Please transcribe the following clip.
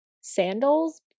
sandals